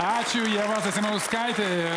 ačiū ieva zasimauskaitė